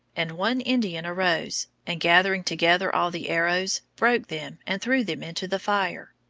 and one indian arose, and gathering together all the arrows, broke them and threw them into the fire.